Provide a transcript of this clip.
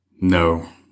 No